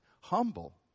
humble